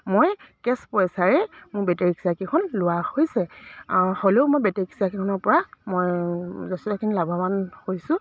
মই কেছ পইচাৰে মোৰ বেটেৰী ৰিক্সাকেইখন লোৱা হৈছে হ'লেও মই বেটেৰী ৰিক্সাকেইখনৰ পৰা মই যথেষ্টখিনি লাভৱান হৈছোঁ